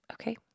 okay